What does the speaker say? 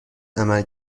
عملی